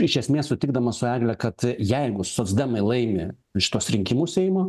iš esmės sutikdamas su egle kad jeigu socdemai laimi šituos rinkimus seimo